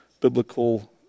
biblical